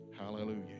hallelujah